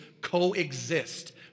coexist